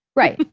right.